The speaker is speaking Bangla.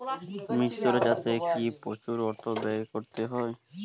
মিশ্র চাষে কি প্রচুর অর্থ ব্যয় করতে হয়?